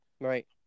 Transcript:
Right